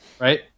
Right